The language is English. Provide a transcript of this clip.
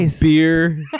beer